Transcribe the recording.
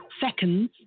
seconds